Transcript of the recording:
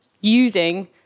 using